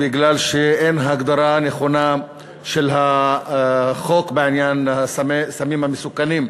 כי אין הגדרה נכונה של החוק בעניין הסמים המסוכנים.